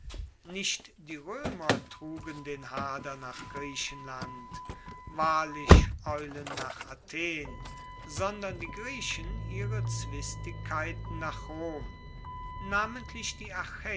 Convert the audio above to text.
nicht die roemer trugen den hader nach griechenland wahrlich eulen nach athen sondern die griechen ihre zwistigkeiten nach rom namentlich die